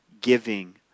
giving